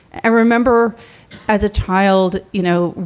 i remember as a child, you know,